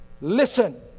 Listen